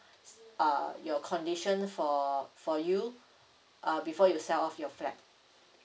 uh your condition for for you uh before you sell off your flat